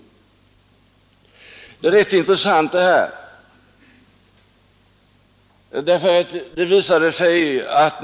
Detta är rätt intressant.